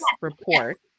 report